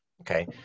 Okay